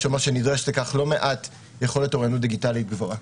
ונדרשת לכך יכולת אוריינות דיגיטלית גבוהה.